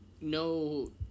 no